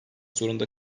zorunda